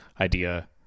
idea